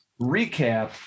recap